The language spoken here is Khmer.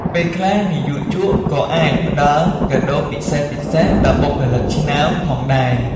ពេលខ្លះ និយោជកក៏អាចផ្តល់ កាដូរពិសេសៗ ដល់បុគ្គលិកឆ្នើមផងដែរ។